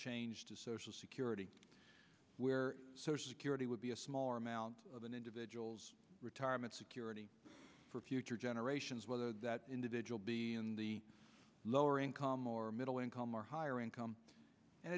change to social security where he would be a smaller amount of an individual's retirement security for future generations whether that individual be in the lower income or middle income or higher income and